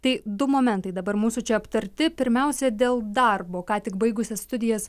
tai du momentai dabar mūsų čia aptarti pirmiausia dėl darbo ką tik baigusi studijas